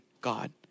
God